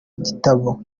gitabo